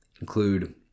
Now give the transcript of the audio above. include